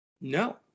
No